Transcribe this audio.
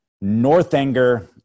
Northanger